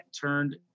turned